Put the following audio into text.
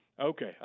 Okay